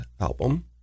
album